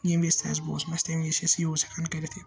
ییٚمہِ وِزِ اَسہِ بوزُن آسہِ تَمہِ وِزِ چھُ اَسہِ یوٗز ہیٚکان کٔرِتھ